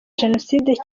jenoside